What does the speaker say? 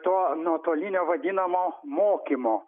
to nuotolinio vadinamo mokymo